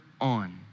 on